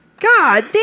God